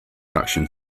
actions